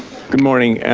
good morning,